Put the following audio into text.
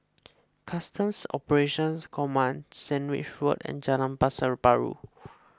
Customs Operations Command Sandwich Road and Jalan Pasar Baru